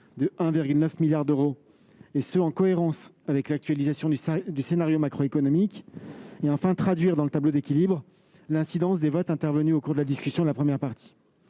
de 1,9 milliard d'euros, en cohérence avec l'actualisation du scénario macroéconomique ; d'autre part, traduire dans le tableau d'équilibre l'incidence des votes du Sénat intervenus au cours de la discussion de la première partie